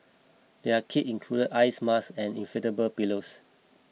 their kit included eye masks and inflatable pillows